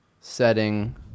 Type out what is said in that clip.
setting